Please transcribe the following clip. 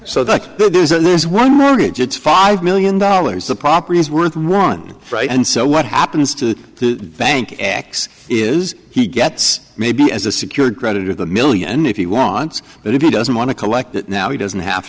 that there's one mortgage it's five million dollars the property is worth one right and so what happens to the bank x is he gets maybe as a secured credit or the million if he wants but if he doesn't want to collect it now he doesn't have